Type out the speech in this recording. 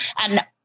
And-